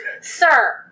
sir